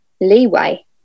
leeway